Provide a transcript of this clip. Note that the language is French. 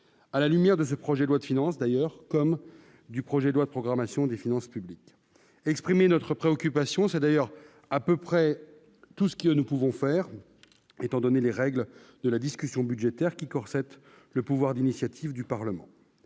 à la lumière de ce projet de loi de finance d'ailleurs comme du projet de loi programmation des finances publiques exprimé notre préoccupation, c'est d'ailleurs à peu près tout ce que nous pouvons faire, étant donné les règles de la discussion budgétaire qui corps le pouvoir d'initiative du Parlement